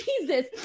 Jesus